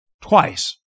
twice